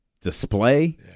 display